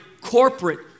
corporate